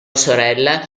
sorella